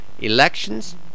Elections